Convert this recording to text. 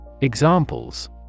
Examples